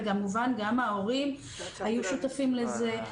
וכמובן גם ההורים היו שותפים לזה,